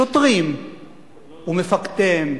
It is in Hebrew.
שוטרים ומפקדיהם,